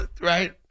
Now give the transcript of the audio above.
right